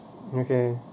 okay